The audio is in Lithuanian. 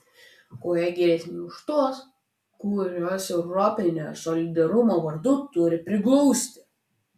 kuo jie geresni už tuos kuriuos europinio solidarumo vardu turime priglausti